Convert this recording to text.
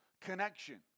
connection